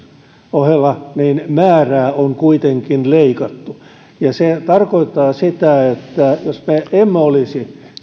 ohella määrää on kuitenkin leikattu se tarkoittaa sitä että jos me emme olisi